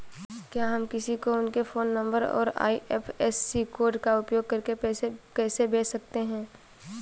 क्या हम किसी को उनके फोन नंबर और आई.एफ.एस.सी कोड का उपयोग करके पैसे कैसे भेज सकते हैं?